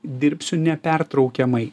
dirbsiu nepertraukiamai